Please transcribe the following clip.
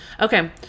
Okay